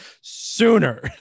sooner